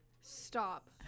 Stop